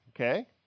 okay